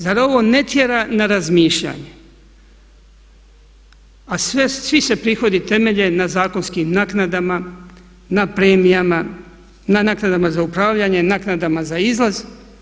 Zar ovo ne tjera na razmišljanje, a svi se prihodi temelje na zakonskim naknadama, na premijama, na naknadama za upravljanje, naknadama za izlaz.